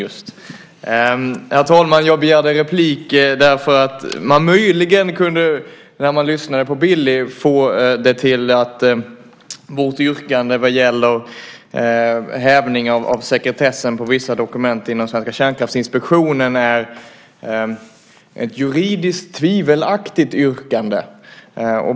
Jag begärde replik för att man när man lyssnade på Billys inlägg kunde få det till att vårt yrkande om hävning av sekretessen på vissa dokument inom svenska kärnkraftsinspektionen skulle vara ett juridiskt tvivelaktigt yrkande.